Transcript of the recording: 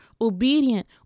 obedient